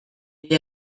mila